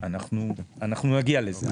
אנחנו נגיע לזה.